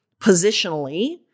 positionally